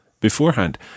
beforehand